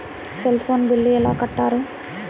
Cell phone bill ఎలా కట్టారు?